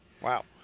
Wow